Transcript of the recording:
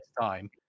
time